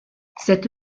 cette